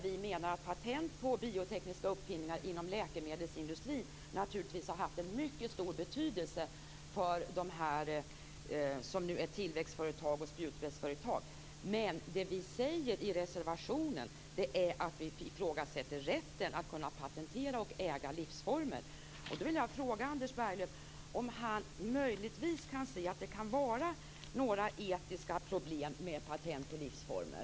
Vi menar att patent på biotekniska uppfinningar inom läkemedelsindustrin naturligtvis har haft en stor betydelse för tillväxt och spjutspetsföretag. Men i reservationen ifrågasätter vi rätten att patentera och äga livsformer. Kan Anders Berglöv möjligtvis se om det är några etiska problem med patent på livsformer?